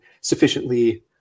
sufficiently